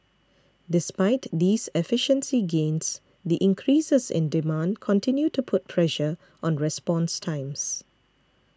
despite these efficiency gains the increases in demand continue to put pressure on response times